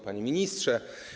Panie Ministrze!